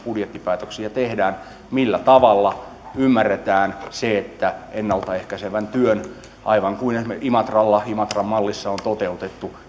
budjettipäätöksiä teemme millä tavalla ymmärretään se että se ennalta ehkäisevä työ aivan kuin esimerkiksi imatran mallissa on toteutettu